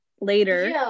later